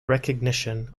recognition